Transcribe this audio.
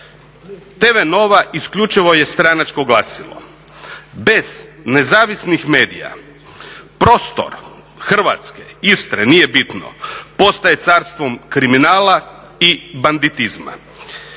TV Nova isključivo je stranačko glasilo. Bez nezavisnih medija prostor Hrvatske, Istre nije bitno postaje carstvom kriminala i banditizma.